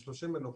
נו,